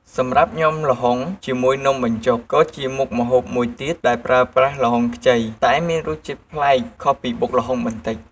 សម្រាប់ញាំល្ហុងជាមួយនំបញ្ចុក ក៏ជាមុខម្ហូបមួយមុខទៀតដែលប្រើប្រាស់ល្ហុងខ្ចី តែមានរសជាតិប្លែកពីបុកល្ហុងបន្តិច។